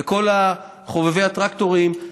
וכל חובבי הטרקטורים,